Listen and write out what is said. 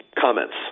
comments